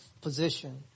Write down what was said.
position